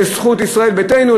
לזכות ישראל ביתנו,